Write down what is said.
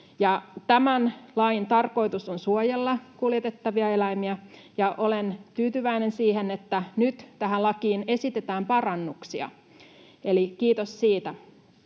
Tämän lain tarkoitus on suojella kuljetettavia eläimiä, ja olen tyytyväinen siihen, että nyt tähän lakiin esitetään parannuksia — eli kiitos siitä.